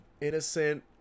innocent